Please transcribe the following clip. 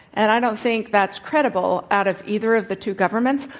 and i don't think that's credible out of either of the two governments.